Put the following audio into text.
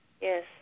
Yes